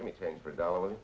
anything for a dollar